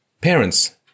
parents